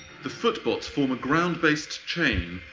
the footbots form a ground-based chain,